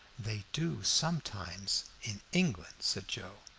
they do sometimes in england, said joe.